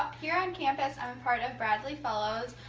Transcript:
um here on campus, i'm part of bradley fellows.